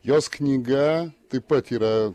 jos knyga taip pat yra